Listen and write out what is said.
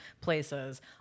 places